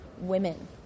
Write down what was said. women